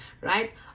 right